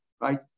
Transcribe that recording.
Right